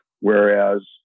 Whereas